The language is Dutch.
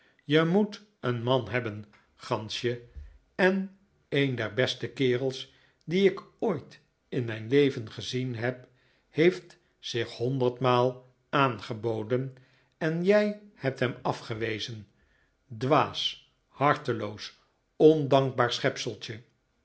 je moet een man hebben gansje en een der beste kerels die ik ooit in mijn leven gezien heb heeft zich honderdmaal aangeboden en jij hebt hem afgewezen dwaas harteloos ondankbaar